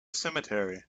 cemetery